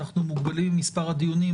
אנחנו מוגבלים במספר הדיונים,